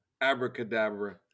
abracadabra